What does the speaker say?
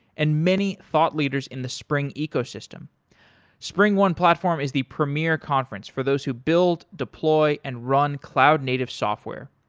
and many thought leaders in the spring ecosystem springone platform is the premier conference for those who build, deploy and run cloud-native software.